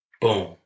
boom